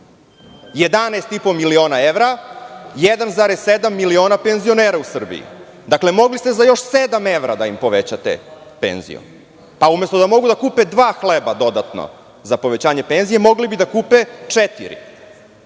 11,5 miliona evra, a 1,7 miliona je penzionera u Srbiji. Dakle, mogli ste za još sedam evra da im povećate penziju, umesto da mogu da kupe dva hleba dodatno za povećanje penzije, mogli bi da kupe četiri.